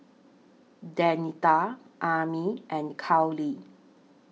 Danita Armin and Carley